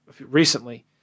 recently